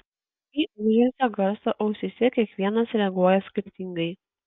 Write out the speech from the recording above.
į ūžesio garsą ausyse kiekvienas reaguoja skirtingai